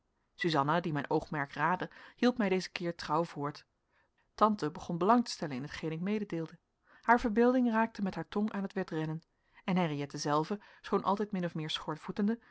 suzanna die mijn oogmerk raadde hielp mij dezen keer trouw voort tante begon belang te stellen in hetgeen ik mededeelde haar verbeelding raakte met haar tong aan het wedrennen en henriëtte zelve schoon altijd min of meer schoorvoetende